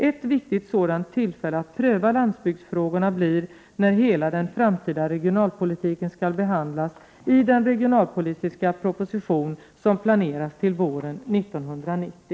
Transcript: Ett viktigt sådant tillfälle att pröva landsbygdsfrågorna blir när hela den framtida regionalpolitiken skall behandlas i den regionalpolitiska proposition som planeras till våren 1990.